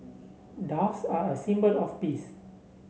doves are a symbol of peace